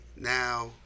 now